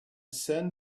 sun